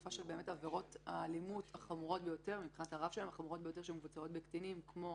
הוספה של עבירות האלימות החמורות ביותר שמבוצעות בקטינים כמו